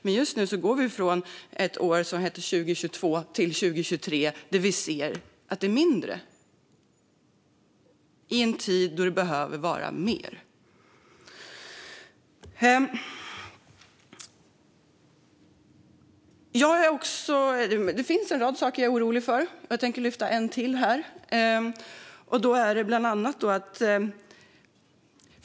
Men just nu har vi gått från år 2022 till 2023 då vi ser att det blir mindre i en tid då det behöver vara mer. Det finns en rad saker jag är orolig för. Jag tänker lyfta fram en sak till här.